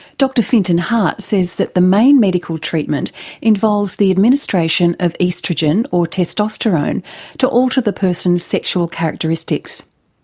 dr fintan harte says that the main medical treatment involves the administration of oestrogen or testosterone to alter the person's sexual characteristics.